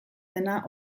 dena